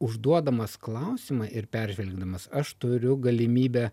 užduodamas klausimą ir peržengdamas aš turiu galimybę